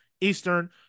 Eastern